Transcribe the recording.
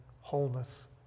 wholeness